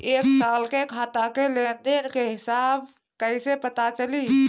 एक साल के खाता के लेन देन के हिसाब कइसे पता चली?